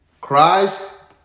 Christ